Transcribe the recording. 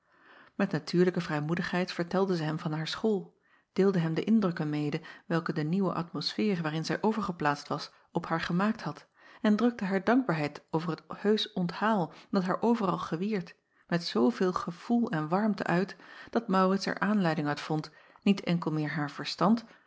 et natuurlijke vrijmoedigheid vertelde zij hem van haar school deelde hem de indrukken mede welke de nieuwe atmosfeer waarin zij overgeplaatst was op haar gemaakt had en drukte haar dankbaarheid over het heusch onthaal dat haar overal gewierd met zooveel gevoel en warmte uit dat aurits er aanleiding uit vond niet enkel meer haar verstand